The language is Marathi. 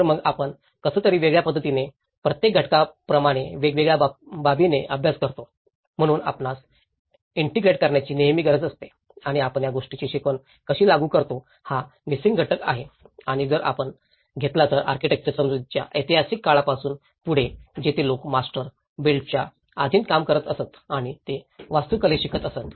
तर मग आपण कसं तरी वेगळ्या पद्धतीने प्रत्येक घटकाप्रमाणे वेगळ्या बाबीने अभ्यास करतो म्हणून आपणास इन्टिग्रेट करण्याची नेहमीच गरज असते आणि आपण या गोष्टीची शिकवण कशी लागू करतो हा मिसिंग घटक आहे आणि जर आपण घेतला तर आर्किटेक्चरल समजुतीच्या ऐतिहासिक काळापासून पुढे जिथे लोक मास्टर बिल्डरच्या अधीन काम करत असत आणि ते वास्तुकले शिकत असत